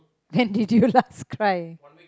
when did you last cry